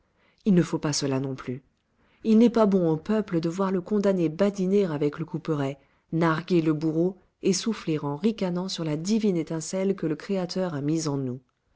il ne faut pas cela non plus il n'est pas bon au peuple de voir le condamné badiner avec le couperet narguer le bourreau et souffler en ricanant sur la divine étincelle que le créateur a mise en nous